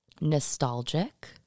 Nostalgic